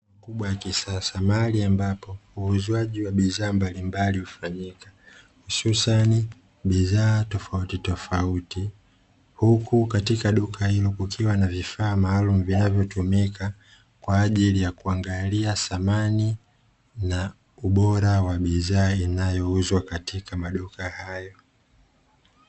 Duka kubwa la kisasa mahali, ambapo uuzwaji wa bidhaa mbalimbali hufanyika hususani bidhaa tofautitofauti, huku katika duka hilo kukiwa na vifaa maalumu vinavyotumika kwa ajili ya kuangalia thamani na ubora wa bidhaa zinazouzwa katika maduka hayo.